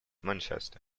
manchester